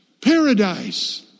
Paradise